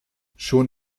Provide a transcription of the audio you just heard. schon